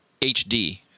hd